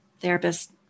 therapist